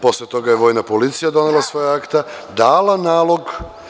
Posle toga je Vojna policija donela svoja akta, dala nalog.